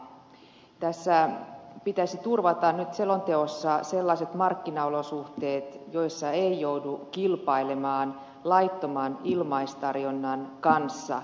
tässä selonteossa pitäisi turvata nyt sellaiset markkinaolosuhteet joissa ei joudu kilpailemaan laittoman ilmaistarjonnan kanssa